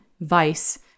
vice